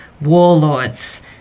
warlords